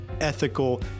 ethical